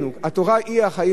התורה היא החיים שלנו.